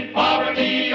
poverty